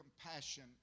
compassion